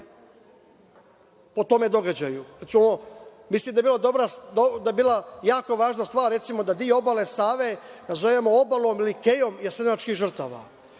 po tom događaju. Mislim da bi bila jako dobra stvar da, recimo, deo obale Save nazovemo obalom ili kejom jasenovačkih žrtava,